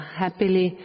happily